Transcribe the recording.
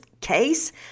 case